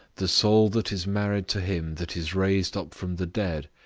the soul that is married to him that is raised up from the dead,